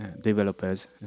developers